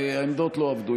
העמדות לא עבדו.